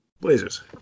Blazers